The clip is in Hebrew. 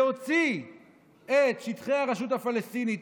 צריכה להיות להוציא את שטחי הרשות הפלסטינית,